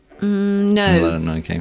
No